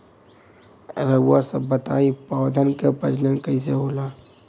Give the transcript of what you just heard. रउआ सभ बताई पौधन क प्रजनन कईसे होला?